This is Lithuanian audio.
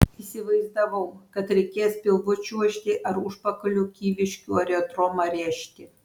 įsivaizdavau kad reikės pilvu čiuožti ar užpakaliu kyviškių aerodromą rėžti